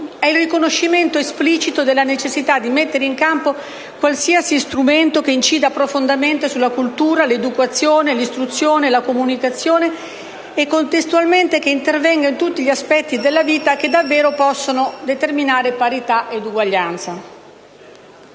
È il riconoscimento implicito della necessità di mettere in campo qualsiasi strumento che incida profondamente sulla cultura, l'educazione, l'istruzione e la comunicazione e che intervenga, contestualmente, in tutti gli aspetti della vita che davvero possono determinare parità ed uguaglianza.